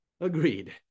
agreed